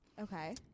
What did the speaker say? Okay